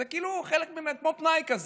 זה כמו פנאי כזה,